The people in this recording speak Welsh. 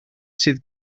sydd